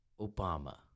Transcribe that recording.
Obama